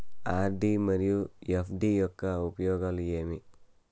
RD మరియు FD యొక్క ఉపయోగాలు ఏమి?